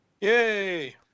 Yay